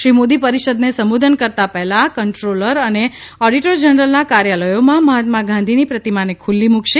શ્રી મોદી પરિષદને સંબોધન કરતાં પહેલાં કંટ્રોલર અને ઓડિટર જનરલના કાર્યાલચોમાં મહાત્મા ગાંધીની પ્રતિમાને ખુલ્લી મૂકશે